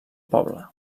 poble